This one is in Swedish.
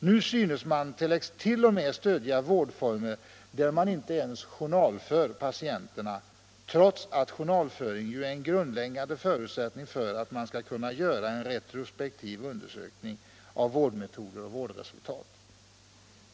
Nu synes man t.o.m. stödja vårdformer, där man inte ens journalför patienterna, trots att journalföring ju är en grundläggande förutsättning för att man skall kunna göra en retrospektiv undersökning av vårdmetoder och vårdresultat.